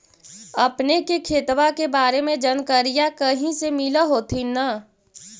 अपने के खेतबा के बारे मे जनकरीया कही से मिल होथिं न?